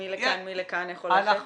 מי לכאן, מי לכאן, איך הולכת?